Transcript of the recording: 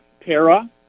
para